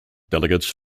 delegates